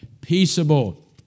peaceable